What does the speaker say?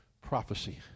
Prophecy